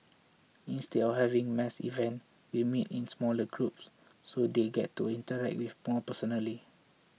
instead of having mass events we meet in smaller groups so they get to interact with more personally